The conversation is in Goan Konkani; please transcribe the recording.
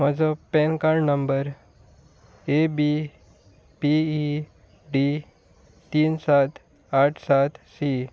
म्हजो PAN card number A B P E D तीन सात आठ सात सी